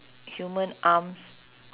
human arms